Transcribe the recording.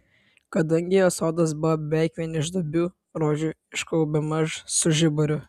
kadangi jos sodas buvo beveik vien iš duobių rožių ieškojau bemaž su žiburiu